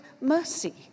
mercy